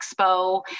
expo